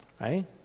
right